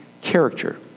character